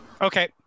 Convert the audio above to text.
okay